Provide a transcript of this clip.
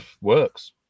works